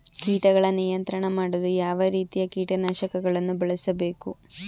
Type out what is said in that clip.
ಕೀಟಗಳ ನಿಯಂತ್ರಣ ಮಾಡಲು ಯಾವ ರೀತಿಯ ಕೀಟನಾಶಕಗಳನ್ನು ಬಳಸಬೇಕು?